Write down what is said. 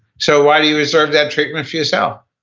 so why do you reserve that treatment for yourself?